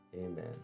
Amen